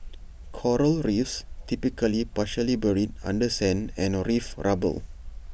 Coral reefs typically partially buried under sand and reef rubble